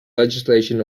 legislation